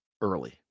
early